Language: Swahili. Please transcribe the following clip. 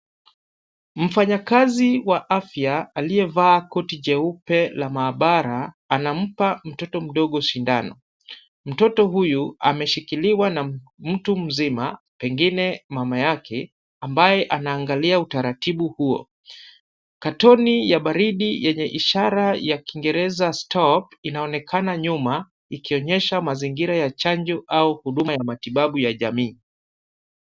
Mfanyakazi wa afya aliyevaa koti jeupe la maabara anampa mtoto mdogo sindano. Mtoto huyu ameshikiliwa na mtu mzima, pengine mama yake ambaye anaangalia utaratibu huo. Katoni ya baridi yenye ishara ya Kiingereza stop , inaonekana nyuma ikionyesha mazingira ya chanjo au huduma ya matibabu ya jamii.